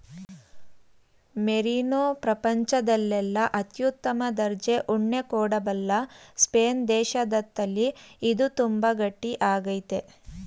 merino ಪ್ರಪಂಚದಲ್ಲೆಲ್ಲ ಅತ್ಯುತ್ತಮ ದರ್ಜೆ ಉಣ್ಣೆ ಕೊಡಬಲ್ಲ ಸ್ಪೇನ್ ದೇಶದತಳಿ ಇದು ತುಂಬಾ ಗಟ್ಟಿ ಆಗೈತೆ